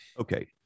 Okay